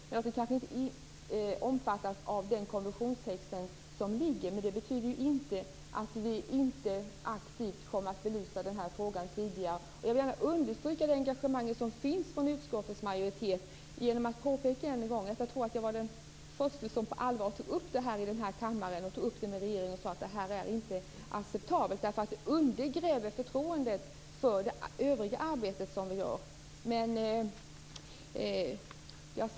De kanske inte omfattas av föreliggande konventionstext, men det betyder inte att vi inte aktivt kommer att belysa frågan tidigare. Jag vill understryka det engagemang som finns hos utskottets majoritet genom att än en gång påpeka att jag var den förste som på allvar tog upp frågan i kammaren och med regeringen och sade att detta inte är acceptabelt. Detta undergräver förtroendet för det övriga arbetet.